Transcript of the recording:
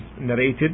narrated